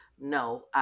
No